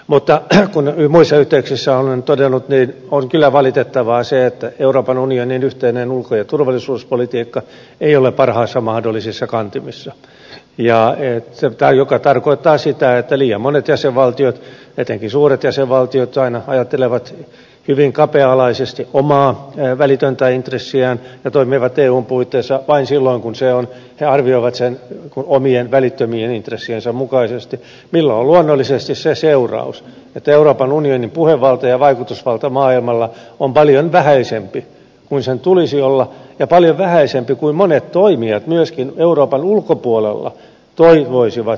mutta niin kuin muissa yhteyksissä olen todennut on kyllä valitettavaa se että euroopan unionin yhteinen ulko ja turvallisuuspolitiikka ei ole parhaissa mahdollisissa kantimissa mikä tarkoittaa sitä että liian monet jäsenvaltiot etenkin suuret jäsenvaltiot aina ajattelevat hyvin kapea alaisesti omaa välitöntä intressiään ja toimivat eun puitteissa vain silloin kun he arvioivat sen omien välittömien intressiensä mukaisesti millä on luonnollisesti se seuraus että euroopan unionin puhevalta ja vaikutusvalta maailmalla on paljon vähäisempi kuin sen tulisi olla ja paljon vähäisempi kuin monet toimijat myöskin euroopan ulkopuolella toivoisivat euroopalta